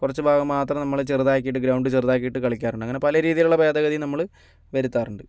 കുറച്ച് ഭാഗം മാത്രം നമ്മൾ ചെറുതാക്കിയിട്ട് ഗ്രൗണ്ട് ചെറുതാക്കിയിട്ട് കളിക്കാറുണ്ട് അങ്ങനെ പല രീതിയിലുള്ള ഭേദഗതിയും നമ്മൾ വരുത്താറുണ്ട്